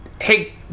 Hey